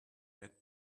had